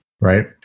right